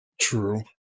True